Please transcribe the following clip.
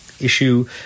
issue